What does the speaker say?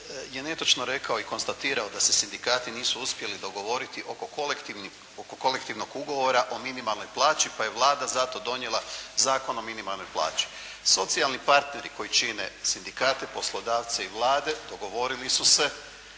je netočno rekao i konstatirao da se sindikati nisu uspjeli dogovoriti oko kolektivnog ugovora o minimalnoj plaći, pa je Vlada zato donijela Zakon o minimalnoj plaći. Socijalni partneri koji čine sindikate, poslodavce i vlade dogovorili su se